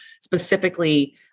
specifically